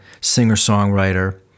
singer-songwriter